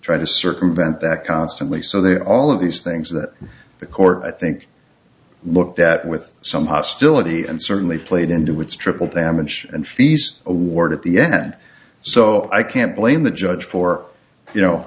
trying to circumvent that constantly so that all of these things that the court i think looked at with some hostility and certainly played into its triple damage and fees award at the end so i can't blame the judge for you know